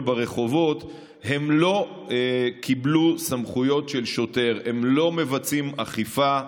ברחובות לא קיבלו סמכויות של שוטר: הם לא מבצעים אכיפה,